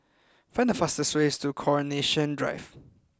find the fastest way to Coronation Drive